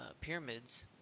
pyramids